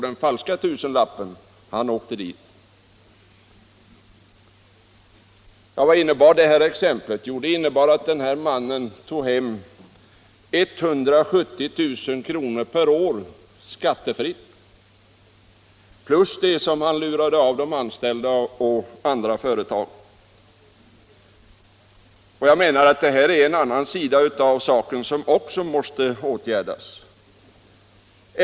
Den här företagaren som vi har anfört som exempel i motionen tog hem 170 000 kr. per år skattefritt plus det som han lurade av de anställda och andra företag. Jag anser att detta är en sida av saken som också måste åtgärdas.